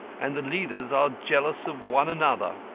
and the leaders are jealous of one another.